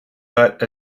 but